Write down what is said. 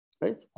right